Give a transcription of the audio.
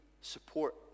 support